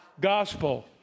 gospel